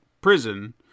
prison